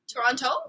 Toronto